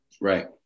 Right